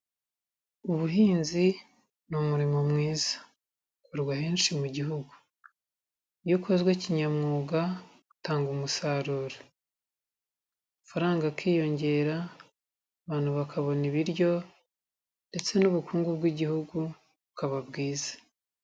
Ubuhinzi ni umurimo mwiza. Ukorwa henshi mu gihugu, iyo ukozwe kinyamwuga utanga umusaruro. Amafaranga akiyongera abantu bakabona ibiryo, ndetse n'ubukungu bw'igihugu bukaba bwiza.